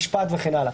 ברירת משפט וכן הלאה.